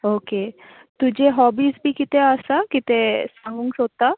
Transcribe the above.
okay तुजे hobbies बी कितें आसा कितें सांगूक सोदता